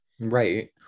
Right